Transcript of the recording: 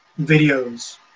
videos